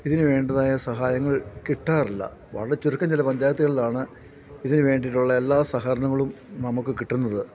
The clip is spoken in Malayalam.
ഇതിനു വേണ്ടതായ സഹായങ്ങൾ കിട്ടാറില്ല വളരെ ചുരുക്കം ചില പഞ്ചായത്തകളിലാണ് ഇതിനു വേണ്ടിയിട്ടുള്ള എല്ലാ സഹകരണങ്ങളും നമുക്കു കിട്ടുന്നത്